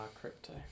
crypto